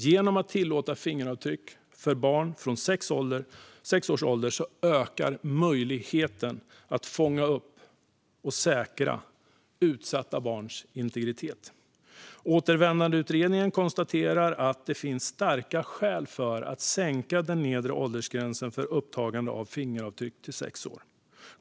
Genom att tillåta att fingeravtryck tas på barn från sex års ålder ökar man möjligheten att fånga upp och säkra utsatta barns integritet. Återvändandeutredningen konstaterar att det finns "starka skäl för att sänka den nedre åldersgränsen för upptagande av fingeravtryck" till sex år.